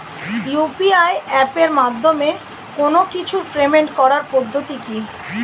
UPI এপের মাধ্যমে কোন কিছুর পেমেন্ট করার পদ্ধতি কি?